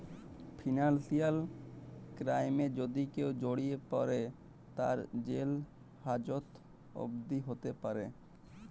financial ক্রাইমে যদি কেউ জড়িয়ে পরে, তার জেল হাজত অবদি হ্যতে প্যরে